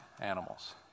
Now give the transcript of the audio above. animals